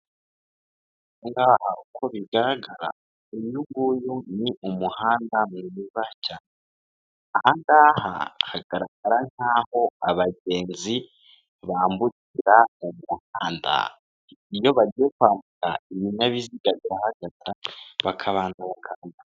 Aha ngaha uko bigaragara, uyu ngunyu ni umuhanda mwiza, aha ngaha hagaragara nk'aho abagenzi bambukira umuhanda, iyo bagiye kwambuka, ibinyabiziga birahagarara bakabanza bakambuka.